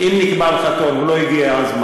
אם נקבע לך תור ולא הגיע הזמן,